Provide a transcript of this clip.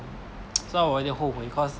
so 我有点后悔 cause